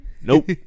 nope